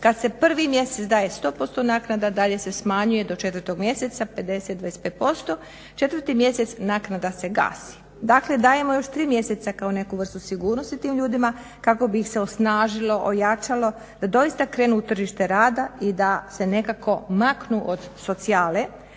kad se prvi mjesec daje 100% naknada, dalje se smanjuje do 4 mjeseca, 50, 25%, 4 mjesec naknada se gasi, dakle dajemo još tri mjeseca kao neku vrstu sigurnosti tim ljudima kako bi ih se osnažilo, ojačalo da doista krenu u tržište rada i da se nekako maknu od socijale